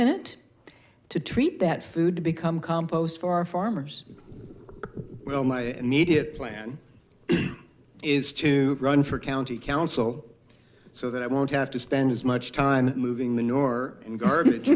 minute to treat that food to become compost for farmers well my immediate plan is to run for county council so that i won't have to spend as much time moving the nor and garbage